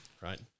right